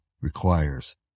requires